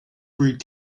breed